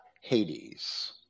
Hades